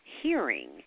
hearing